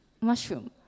mushroom